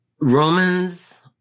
Roman's